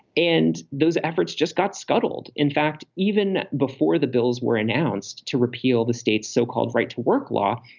and those efforts just got scuttled. in fact, even before the bills were announced to repeal the state's so-called right to work law,